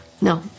No